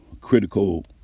critical